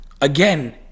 again